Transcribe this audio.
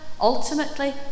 ultimately